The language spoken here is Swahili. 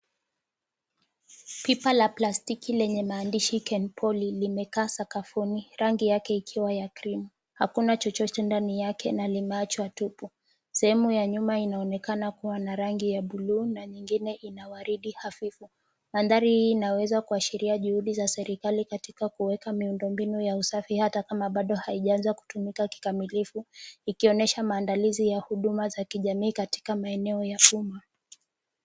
Pipa la plastiki lenye maandishi Kenpoly limekaa sakafuni rangi yake ikiwa ya cream .Hakuna chochote ndani yake na limeachwa tupu. Sehemu ya nyuma inaonekana kuwa na rangi ya buluu na nyingine ina waridi hafifu. Mandhari hii inaweza kuashiria juhudi za serikali katika kueka miundo mbinu ya usafi hata kama bado haijaanza kutumika kikamilifu ikionyesha maandalizi ya huduma za kijamii katika maeneo ya umma.